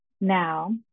Now